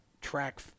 track